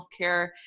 healthcare